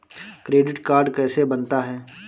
Credit card कैसे बनता है?